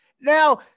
Now